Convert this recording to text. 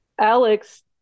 Alex